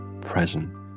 present